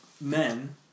men